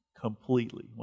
completely